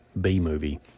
B-movie